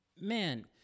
man